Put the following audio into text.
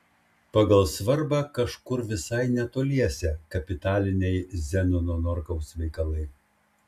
pagal svarbą kažkur visai netoliese kapitaliniai zenono norkaus veikalai